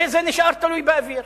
וזה נשאר תלוי באוויר.